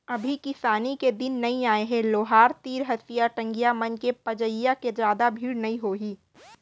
अभी किसानी के दिन नइ आय हे लोहार तीर हँसिया, टंगिया मन के पजइया के जादा भीड़ नइ होही